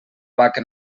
vaca